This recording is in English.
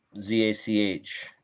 z-a-c-h